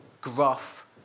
gruff